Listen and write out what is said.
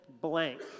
blank